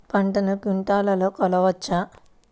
పంటను క్వింటాల్లలో కొలవచ్చా?